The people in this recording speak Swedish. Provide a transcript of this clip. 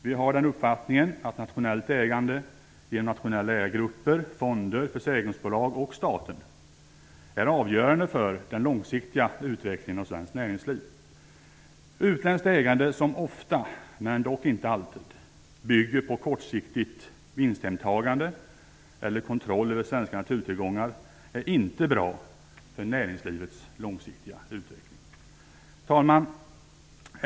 Vi har den uppfattningen att nationellt ägande, genom nationella ägargrupper, fonder, försäkringsbolag och staten, är avgörande för den långsiktiga utvecklingen av svenskt näringsliv. Utländskt ägande som ofta, men dock inte alltid, bygger på kortsiktigt vinsthemtagande eller kontroll över svenska naturtillgångar är inte bra för näringslivets långsiktiga utveckling. Fru talman!